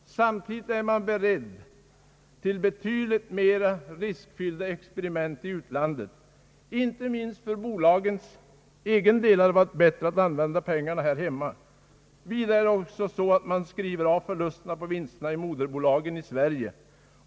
Samtidigt är man beredd till betydligt mera risk fyllda experiment i utlandet. Inte minst för bolagens egen del hade det varit bättre att använda pengarna här hemma. Vidare är det så att man skriver av förlusterna mot vinsterna i moderbolagen i Sverige.